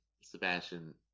Sebastian